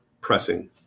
pressing